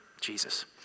Jesus